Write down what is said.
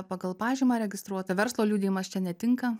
pagal pažymą registruotą verslo liudijimas čia netinka